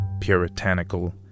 puritanical